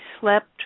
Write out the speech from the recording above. slept